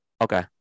Okay